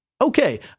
okay